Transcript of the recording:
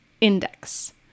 Index